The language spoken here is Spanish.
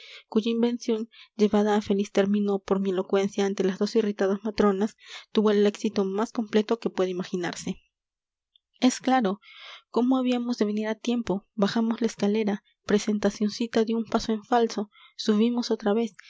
cuya invención llevada a feliz término por mi elocuencia ante las dos irritadas matronas tuvo el éxito más completo que pueda imaginarse es claro cómo habíamos de venir a tiempo bajamos la escalera presentacioncita dio un paso en falso subimos otra